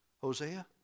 Hosea